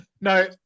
No